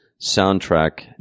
soundtrack